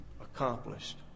accomplished